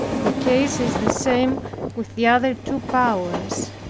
the case is the same with the other two powers.